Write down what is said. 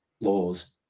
laws